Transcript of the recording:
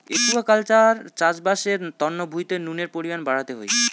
aquaculture চাষবাস এর তন্ন ভুঁইতে নুনের পরিমান বাড়াতে হই